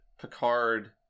picard